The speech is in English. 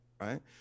right